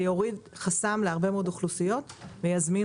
זה יוריד חסם להרבה מאוד אוכלוסיות ויזמין